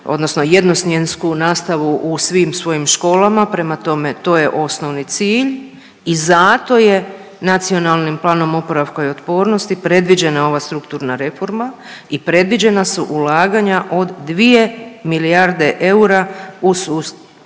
odnosno jednosmjensku nastavu u svim svojim školama, prema tome, to je osnovni cilj i zato je Nacionalnim planom oporavka i otpornosti previđeno je ova strukturna reforma i predviđena su ulaganja od 2 milijarde eura u sustav